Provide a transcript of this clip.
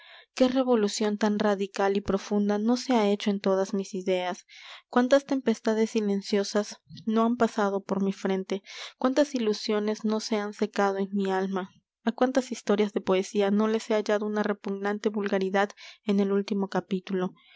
qué revolución tan radical y profunda no se ha hecho en todas mis ideas cuántas tempestades silenciosas no han pasado por mi frente cuántas ilusiones no se han secado en mi alma á cuántas historias de poesía no les he hallado una repugnante vulgaridad en el último capítulo